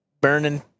burning